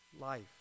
life